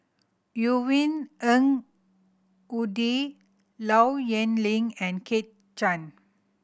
Yvonne Ng Uhde Low Yen Ling and Kit Chan